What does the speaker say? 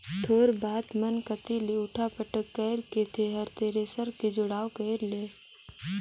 थोर बात मन कति ले उठा पटक कइर के तेंहर थेरेसर के जुगाड़ कइर ले